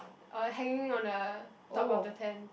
uh hanging on the top of the tent